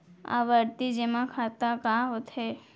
आवर्ती जेमा खाता का होथे?